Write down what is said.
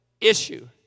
issue